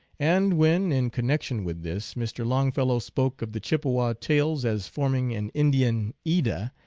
and when, in connection with this, mr. long fellow spoke of the chippewa tales as forming an indian edda,